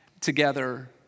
together